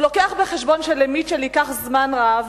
הוא מביא בחשבון שלמיטשל ייקח זמן רב